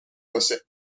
باشه